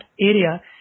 area